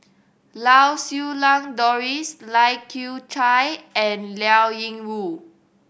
Lau Siew Lang Doris Lai Kew Chai and Liao Yingru